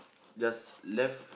just left